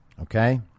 okay